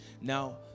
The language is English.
Now